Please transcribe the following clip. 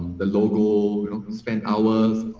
the logo spend hours.